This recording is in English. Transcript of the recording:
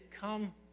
come